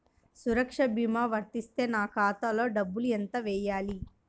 సురక్ష భీమా వర్తిస్తే నా ఖాతాలో డబ్బులు ఎంత వేయాలి?